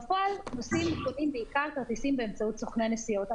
בפועל נוסעים קונים בעיקר כרטיסים באמצעות סוכני הנסיעות.